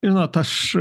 inot aš